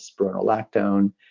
spironolactone